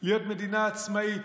להיות מדינה עצמאית,